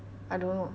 I don't know